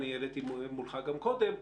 אני העליתי מולך גם קודם,